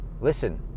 Listen